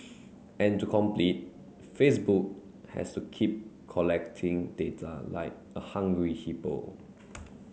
and to compete Facebook has to keep collecting data like a hungry hippo